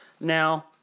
Now